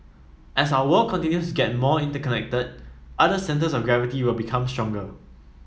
as our world continues to get more interconnected other centres of gravity will become stronger